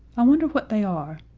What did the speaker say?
i wonder what they are.